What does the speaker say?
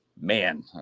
man